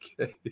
Okay